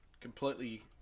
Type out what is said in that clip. Completely